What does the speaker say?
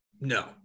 No